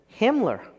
Himmler